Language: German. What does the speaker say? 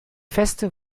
feste